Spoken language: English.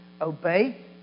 Obey